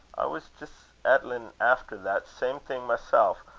was jist ettlin' efter that same thing mysel,